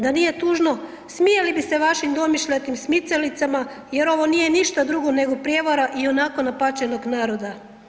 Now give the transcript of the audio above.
Da nije tužno smijali bi se vašim domišljatim smicalicama jer ovo nije ništa drugo nego prijevara ionako napaćenog naroda.